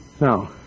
No